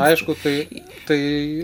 aišku tai tai